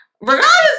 Regardless